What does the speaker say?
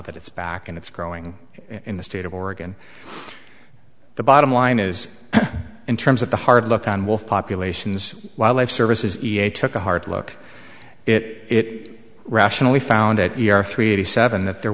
that it's back and it's growing in the state of oregon the bottom line is in terms of the hard look on wolf populations wildlife service is a took a hard look it rationally found it three eighty seven that there